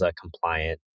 compliant